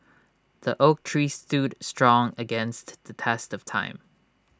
the oak tree stood strong against the test of time